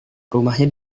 rumahnya